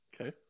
okay